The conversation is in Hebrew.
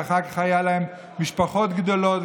ואחר כך היו להם משפחות גדולות,